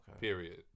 Period